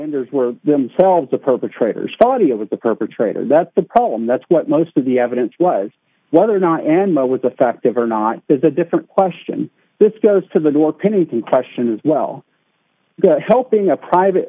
winters were themselves the perpetrators quality over the perpetrator that's the problem that's what most of the evidence was whether or not and what was the fact of or not is a different question this goes to the door pennington question as well helping a private